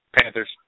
Panthers